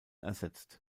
ersetzt